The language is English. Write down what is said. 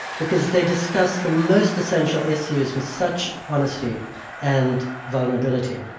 because they discuss the most essential issues with such honesty and vulnerability.